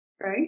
right